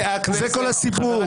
זה כל הסיפור.